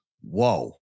whoa